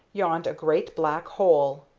yawned a great black hole.